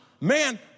man